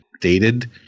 dated